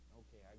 okay